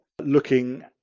Looking